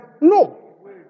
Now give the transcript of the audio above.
no